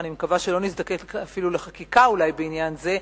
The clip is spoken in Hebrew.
אני מקווה שלא נזדקק אפילו לחקיקה בעניין זה,